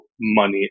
money